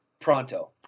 pronto